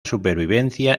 supervivencia